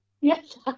Yes